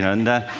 and